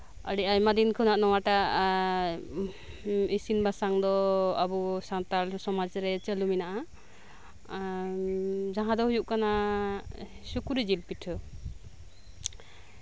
ᱟᱹᱰᱤ ᱟᱭᱢᱟ ᱫᱤᱱ ᱠᱷᱚᱱᱟᱜ ᱱᱚᱣᱟᱴᱟᱜ ᱤᱥᱤᱱ ᱵᱟᱥᱟᱝ ᱫᱚ ᱟᱵᱚ ᱥᱟᱱᱛᱟᱲ ᱥᱚᱢᱟᱡᱽ ᱨᱮ ᱪᱟᱹᱞᱩ ᱢᱮᱱᱟᱜᱼᱟ ᱡᱟᱸᱦᱟ ᱫᱚ ᱦᱩᱭᱩᱜ ᱠᱟᱱᱟ ᱥᱩᱠᱨᱤ ᱡᱤᱞ ᱯᱤᱴᱷᱟᱹ